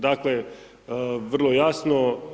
Dakle, vrlo jasno.